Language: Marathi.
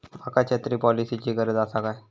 माका छत्री पॉलिसिची गरज आसा काय?